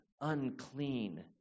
unclean